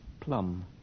Plum